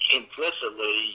implicitly